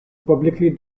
publicly